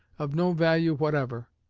of no value whatever.